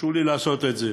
תרשו לי לעשות את זה.